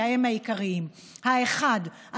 והם העיקריים: האחד,